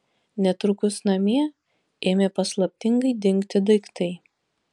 netrukus namie ėmė paslaptingai dingti daiktai